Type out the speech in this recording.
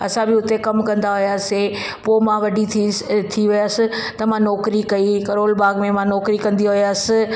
असां बि हुते कमु कंदा हुआसीं पोइ मां वॾी थी थी वियसि त मां नौकरी कई करोल बाग में मां नौकरी कंदी हुअसि